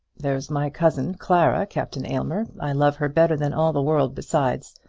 there's my cousin clara, captain aylmer i love her better than all the world besides.